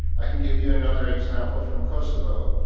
i can give you another example from kosovo,